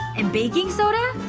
and baking soda?